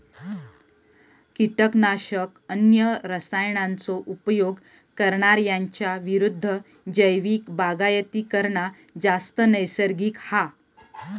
किटकनाशक, अन्य रसायनांचो उपयोग करणार्यांच्या विरुद्ध जैविक बागायती करना जास्त नैसर्गिक हा